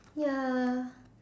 ya